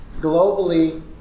globally